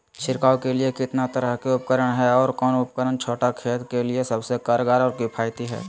छिड़काव के लिए कितना तरह के उपकरण है और कौन उपकरण छोटा खेत के लिए सबसे कारगर और किफायती है?